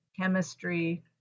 chemistry